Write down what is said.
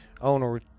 Owner